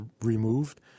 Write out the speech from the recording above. removed